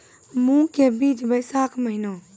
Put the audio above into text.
मूंग के बीज बैशाख महीना